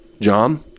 John